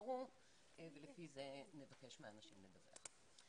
שתבחרו ולפי זה נבקש מהאנשים לדבר.